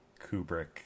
Kubrick